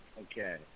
Okay